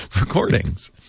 recordings